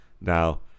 Now